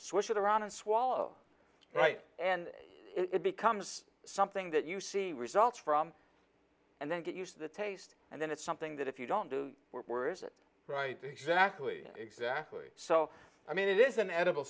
swish it around and swallow right and it becomes something that you see results from and then get used to the taste and then it's something that if you don't do were right exactly exactly so i mean it is an edible